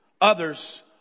Others